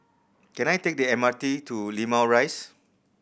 can I take the M R T to Limau Rise